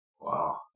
Wow